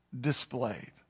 displayed